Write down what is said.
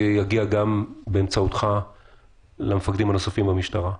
יגיע באמצעותך למפקדים הנוספים במשטרה.